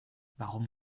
warum